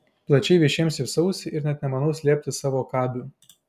plačiai visiems šypsausi ir net nemanau slėpti savo kabių